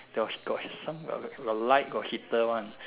got got some got light got heater one